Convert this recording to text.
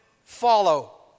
Follow